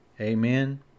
Amen